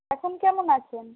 এখন কেমন আছেন